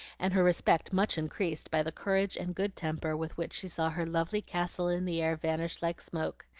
and her respect much increased by the courage and good temper with which she saw her lovely castle in the air vanish like smoke,